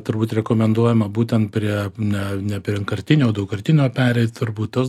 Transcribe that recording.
turbūt rekomenduojama būtent prie ne ne prie vienkartinio o daugkartinio pereit turbūt tas